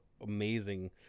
amazing